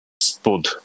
spud